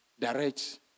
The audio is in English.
direct